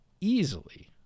easily—